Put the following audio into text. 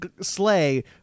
sleigh